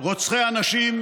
רוצחי אנשים,